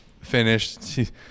finished